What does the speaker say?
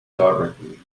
correctly